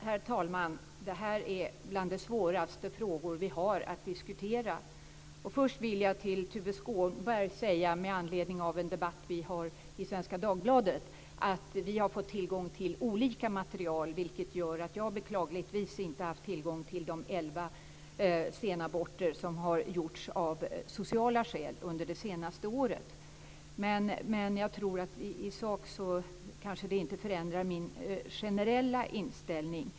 Herr talman! Det här är en av de svåraste frågor som vi har att diskutera. Jag vill först till Tuve Skånberg med anledning av en debatt som vi för i Svenska Dagbladet säga att vi har fått tillgång till olika material. Jag har beklagligtvis inte haft tillgång till de elva senaborter som har gjorts av sociala skäl under det senaste året. Jag tror dock kanske inte att det i sak förändrar min generella inställning.